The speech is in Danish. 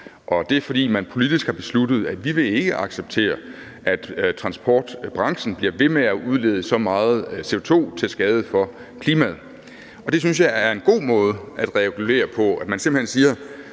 krav, fordi man politisk har besluttet, at vi ikke vil acceptere, at transportbranchen bliver ved med at udlede så meget CO2 til skade for klimaet. Det synes jeg er en god måde at regulere på, altså at man simpelt – i